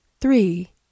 three